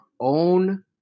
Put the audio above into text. own